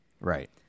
Right